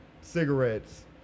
cigarettes